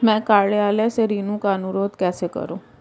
मैं कार्यालय से ऋण का अनुरोध कैसे करूँ?